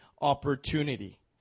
opportunity